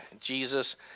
jesus